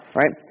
right